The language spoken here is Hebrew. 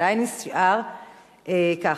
זה עדיין נשאר ככה: